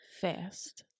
Fast